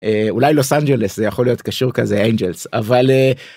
אולי לוס אנג'לס זה יכול להיות קשור כזה אינג'לס אבל.